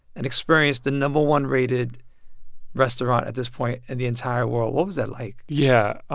and experience the no. one rated restaurant, at this point, in the entire world. what was that like? yeah, ah